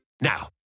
Now